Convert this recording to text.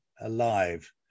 alive